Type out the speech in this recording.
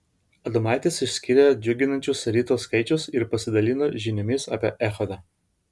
adomaitis išskyrė džiuginančius ryto skaičius ir pasidalino žiniomis apie echodą